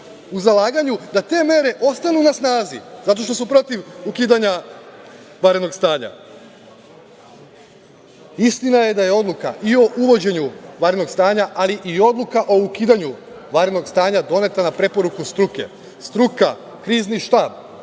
u zalaganju da te mere ostanu na snazi, zato što su protiv ukidanja vanrednog stanja. Istina je da je odluka i o uvođenju vanrednog stanja, ali i odluka o ukidanju vanrednog stanja doneta na preporuku struke. Struka, krizni štab